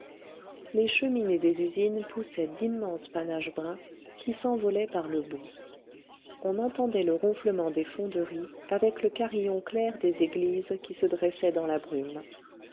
les cheminées des usines poussaient d'immenses panaches bruns qui s'envolaient par le bout on entendait le ronflement des fonderies avec le carillon clair des églises qui se dressaient dans la brume